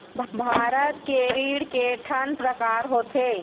भारत के ऋण के ठन प्रकार होथे?